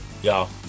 Y'all